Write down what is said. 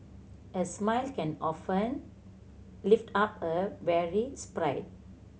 a smile can often lift up a weary spirit